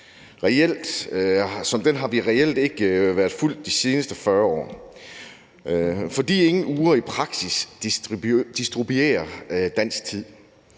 men den har reelt ikke været fulgt de seneste 40 år, fordi ingen ure i praksis distribuerer dansk tid